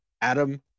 Adam